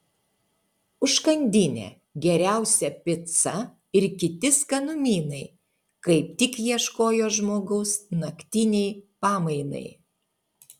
užkandinė geriausia pica ir kiti skanumynai kaip tik ieškojo žmogaus naktinei pamainai